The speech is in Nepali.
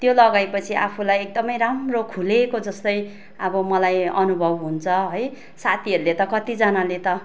त्यो लगाए पछि आफूलाई एकदम राम्रो खुलेको जस्तै अब मलाई अनुभव हुन्छ है साथीहरूले त कतिजनाले त